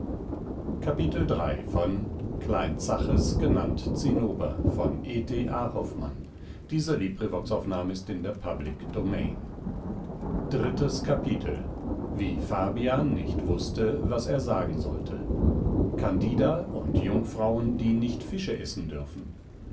drittes kapitel wie fabian nicht wußte was er sagen sollte candida und jungfrauen die nicht fische essen dürfen